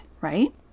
right